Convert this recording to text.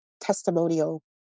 testimonial